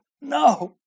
no